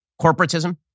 corporatism